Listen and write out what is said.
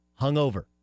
hungover